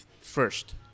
first